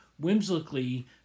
whimsically